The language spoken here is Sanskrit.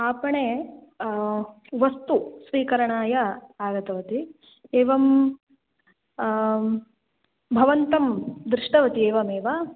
आपणे वस्तु स्वीकरणाय आगतवती एवं भवन्तं दृष्टवती एवमेव